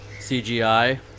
CGI